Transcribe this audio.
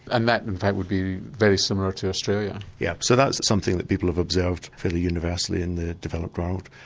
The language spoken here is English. and that in fact would be very similar to australia. yes. so that's something that people have observed fairly universally in the developed world,